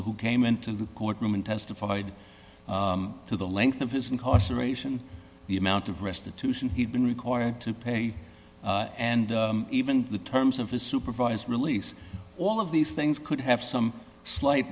who came into the court room and testified to the length of his incarceration the amount of restitution he'd been required to pay and even the terms of his supervised release all of these things could have some slight